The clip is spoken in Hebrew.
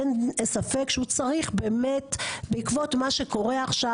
אין ספק שהוא צריך באמת בעקבות מה שקורה עכשיו,